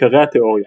עיקרי התאוריה